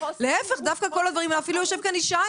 להפך, אפילו יושב כאן ישי